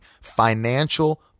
financial